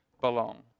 belong